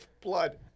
Blood